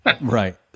Right